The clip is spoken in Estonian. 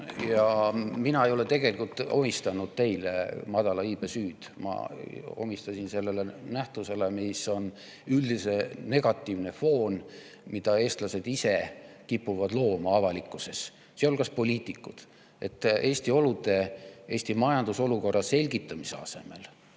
Mina ei ole tegelikult omistanud teile madala iibe süüd. Ma omistasin selle sellele nähtusele, mis on üldine negatiivne foon, mida eestlased kipuvad ise looma avalikkuses, sealhulgas poliitikud. Eesti olude, Eesti majandusolukorra selgitamise asemel